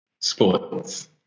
sports